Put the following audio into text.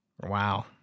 Wow